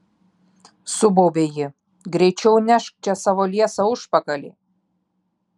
subaubė ji greičiau nešk čia savo liesą užpakalį